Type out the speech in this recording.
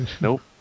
nope